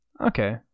Okay